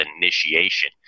initiation